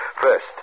First